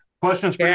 questions